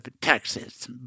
Texas